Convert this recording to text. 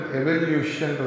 evolution